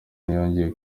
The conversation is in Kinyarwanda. ntiyongeye